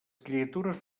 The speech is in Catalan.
criatures